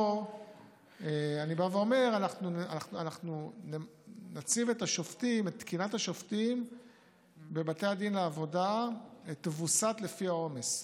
פה אני בא ואומר שתקינת השופטים בבתי הדין לעבודה תווסת לפי העומס.